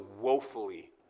woefully